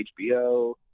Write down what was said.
HBO